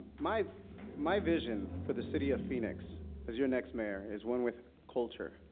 my my vision for the city of phoenix as your next mayor is one with culture,